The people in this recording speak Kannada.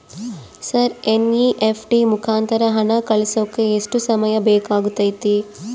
ಸರ್ ಎನ್.ಇ.ಎಫ್.ಟಿ ಮುಖಾಂತರ ಹಣ ಕಳಿಸೋಕೆ ಎಷ್ಟು ಸಮಯ ಬೇಕಾಗುತೈತಿ?